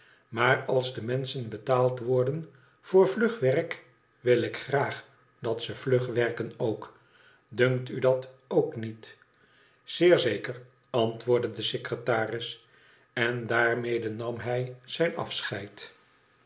maar als de menschen betaald worden voor vlug werk wil ik graag dat ze vlug werken ook dunkt u dat ook niet zeer zeker antwoordde de secretaris en daarmede nam hij zijn afecheid